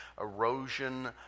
erosion